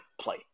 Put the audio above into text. play